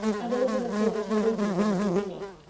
and elizabeth saw that her waiting-woman was in it.